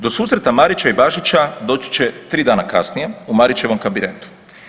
Do susreta Marića i Bašića doći će 3 dana kasnije u Marićevom kabinetu.